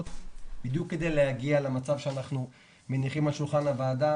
בדיוק כדי להגיע למצב שאנחנו מניחים על שולחן הוועדה